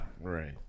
Right